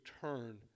turn